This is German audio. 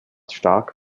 stark